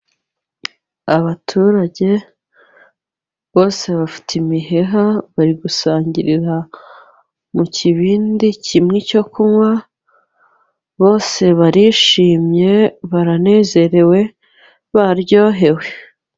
Abaturage bose bafite imiheha bari gusangirira mu kibindi kimwe icyo kunywa, bose barishimye baranezerewe baryohewe.